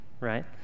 right